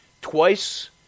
twice